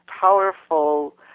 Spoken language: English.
powerful